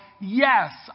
yes